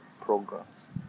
programs